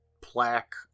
plaque